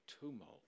tumult